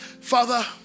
Father